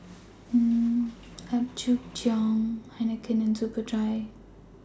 Apgujeong Heinekein and Superdry